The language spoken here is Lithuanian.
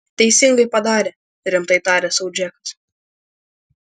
teisingai padarė rimtai tarė sau džekas